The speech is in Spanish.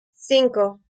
cinco